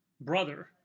brother